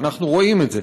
ואנחנו רואים את זה.